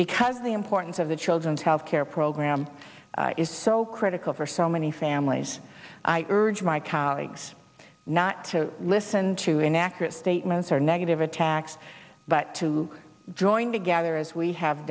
because of the importance of the children's health care program is so critical for so many families i urge my colleagues not to listen to inaccurate statements or negative attacks but to join together as we have